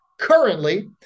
currently